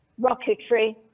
rocketry